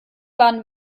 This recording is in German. waren